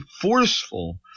forceful